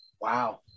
wow